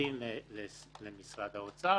המשפטים לבין משרד האוצר.